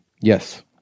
Yes